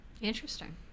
Interesting